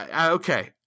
okay